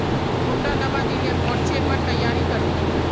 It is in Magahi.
कुंडा दाबा दिले मोर्चे पर तैयारी कर मो?